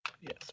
Yes